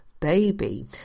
baby